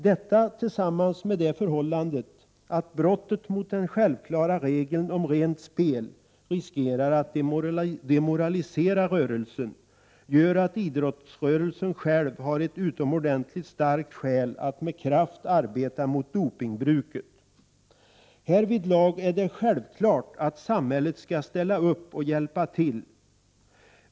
Detta, tillsammans med det förhållandet att brottet mot den självklara regeln om rent spel riskerar att demoralisera rörelsen, gör att idrottsrörelsen själv har ett utomordentligt starkt skäl att med kraft motarbeta bruket av dopningspreparat. Härvid är det självklart att samhället skall ställa upp och hjälpa till.